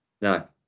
No